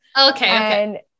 Okay